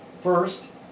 First